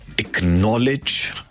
Acknowledge